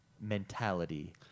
mentality